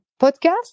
podcast